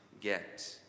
get